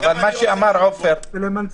אבל מה שאמר עופר,